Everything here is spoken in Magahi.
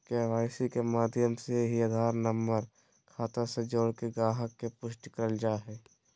के.वाई.सी के माध्यम से ही आधार नम्बर खाता से जोड़के गाहक़ के पुष्टि करल जा हय